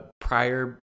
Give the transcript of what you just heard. prior